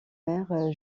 mère